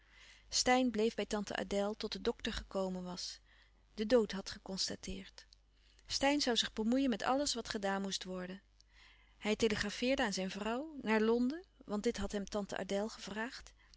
steyn bleef bij tante adèle tot de dokter gekomen was den dood had geconstateerd steyn zoû zich bemoeien met alles wat gedaan moest worden hij telegrafeerde aan zijn vrouw naar louis couperus van oude menschen de dingen die voorbij gaan londen want dit had hem tante adèle gevraagd